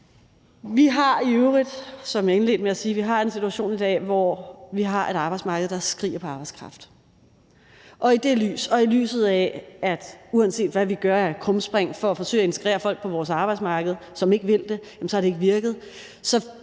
med at sige, en situation i dag, hvor vi har et arbejdsmarked, der skriger på arbejdskraft, og i det lys, og i lyset af at uanset hvad vi gør af krumspring for at forsøge at integrere folk på vores arbejdsmarked, som ikke vil det, har det ikke virket,